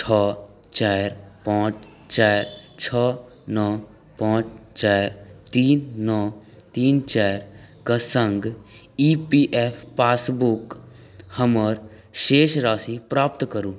छओ चारि पाँच चारि छओ नओ पाँच चारि तीन नओ तीन चारिके सङ्ग ई पी एफ पासबुक हमर शेष राशि प्राप्त करू